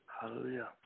Hallelujah